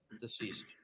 Deceased